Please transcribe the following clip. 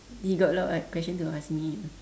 he got a lot of question to ask me